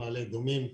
מעלה אדומים,